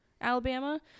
alabama